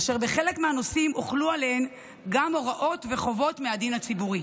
אשר בחלק מהנושאים הוחלו עליהן גם הוראות וחובות מהדין הציבורי.